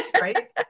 Right